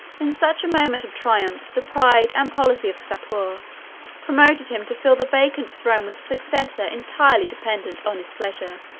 in such a moment of triumph, the pride and policy of sapor prompted him to fill the vacant throne with a successor entirely dependent on his pleasure.